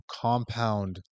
compound